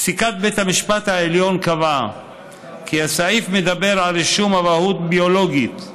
פסיקת בית המשפט העליון קבעה כי הסעיף מדבר על רישום אבהות ביולוגית,